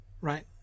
right